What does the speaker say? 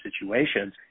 situations